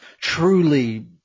truly